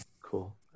Cool